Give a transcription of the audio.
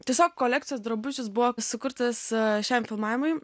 tiesiog kolekcijos drabužis buvo sukurtas šiam filmavimui